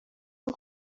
uwo